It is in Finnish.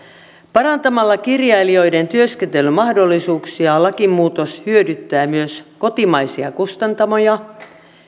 parantamalla kirjailijoiden työskentelymahdollisuuksia lakimuutos hyödyttää myös kotimaisia kustantamoja